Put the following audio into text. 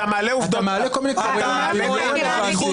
אתה מעלה עובדות --- אתה מעלה כל מיני דברים לא רלוונטיים.